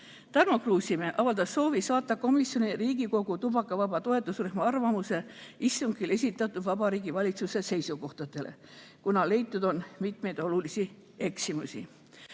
Tarmo Kruusimäe avaldas soovi saata komisjonile Riigikogu suitsuvaba Eesti toetusrühma arvamuse istungil esitatud Vabariigi Valitsuse seisukohtadele, kuna leitud on mitmeid olulisi eksimusi.